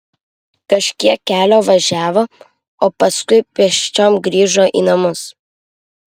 kažkiek kelio važiavo o paskui pėsčiom grįžo į namus